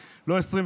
עכשיו,